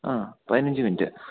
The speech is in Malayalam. ആ പതിനഞ്ച് മിനിറ്റ്